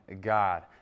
God